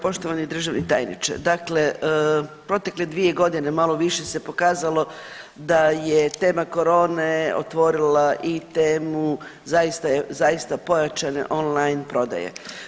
Poštovani državni tajniče, dakle protekle dvije godine malo više se pokazalo da je tema korone otvorila i temu zaista pojačane online prodaje.